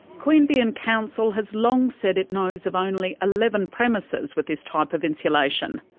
queanbeyan council has long said it knows of only eleven premises with this type of insulation.